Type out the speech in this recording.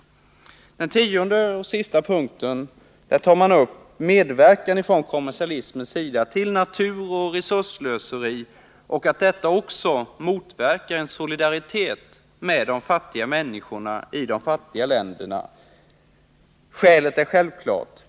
I den tionde och sista punkten tar man upp medverkan ifrån kommersialismens sida till naturoch resursslöseri och anför att detta också motverkar solidariteten med de fattiga människorna i de fattiga länderna. Skälet är självklart.